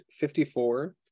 54